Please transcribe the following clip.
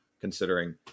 considering